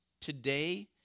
today